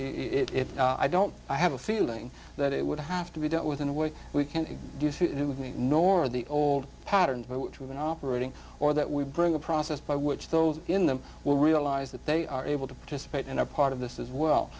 if i don't i have a feeling that it would have to be dealt with in a way we can't do it with me nor the old pattern which we've been operating or that we bring a process by which those in them will realize that they are able to participate in a part of this as well